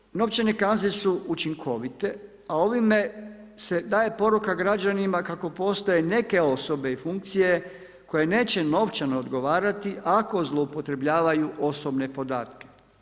Međutim, novčane kazne su učinkovite, a ovime se daje poruka građanima kako postoje neke osobe i funkcije koje neće novčano odgovarati ako zloupotrebljavaju osobne podatke.